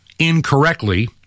incorrectly